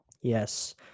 Yes